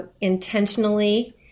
intentionally